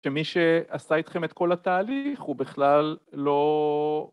‫שמי שעשה איתכם את כל התהליך ‫הוא בכלל לא...